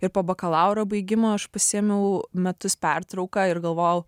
ir po bakalauro baigimo aš pasiėmiau metus pertrauką ir galvojau